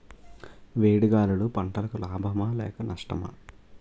వేడి గాలులు పంటలకు లాభమా లేక నష్టమా?